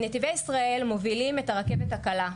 נתיבי ישראל מובילים את הרכבת הקלה.